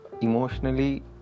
emotionally